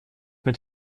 mit